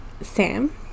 Sam